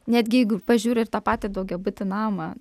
netgi jeigu pažiūri ir tą patį daugiabutį namą